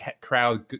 crowd